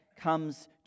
comes